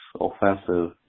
offensive